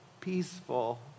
peaceful